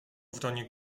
wronie